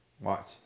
watch